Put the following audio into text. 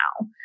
now